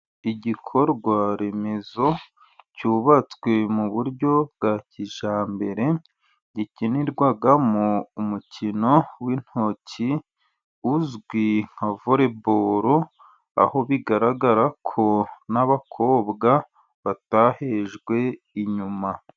Igikorwaremezo cyubatswe mu buryo bwa kijyambere, gikinirwamo umukino w'intoki uzwi nka voreboro, aho bigaragara ko n'abakobwa batahejwe inyuma.